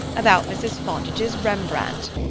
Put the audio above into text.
about mrs. fontage's rembrandt.